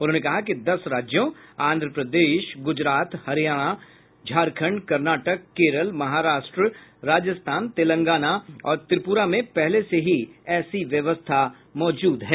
उन्होंने कहा कि दस राज्यों आंध्र प्रदेश गुजरात हरियाणा झारखंड कर्नाटक केरल महाराष्ट्र राजस्थान तेलंगाना और त्रिपुरा में पहले से ही ऐसी व्यवस्था है